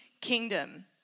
kingdom